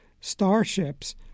starships